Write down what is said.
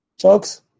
Folks